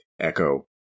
Echo